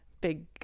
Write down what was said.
big